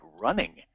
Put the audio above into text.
running